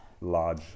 large